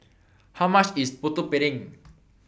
How much IS Putu Piring